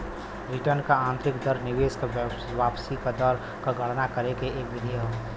return क आंतरिक दर निवेश क वापसी क दर क गणना करे के एक विधि हौ